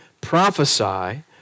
prophesy